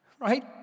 Right